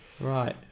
Right